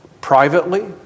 Privately